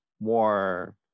more